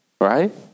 right